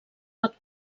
pot